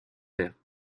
verts